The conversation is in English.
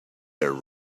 their